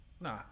Nah